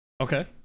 Okay